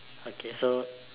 okay so